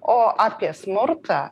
o apie smurtą